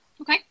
Okay